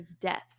deaths